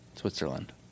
Switzerland